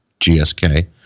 GSK